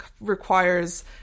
requires